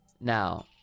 Now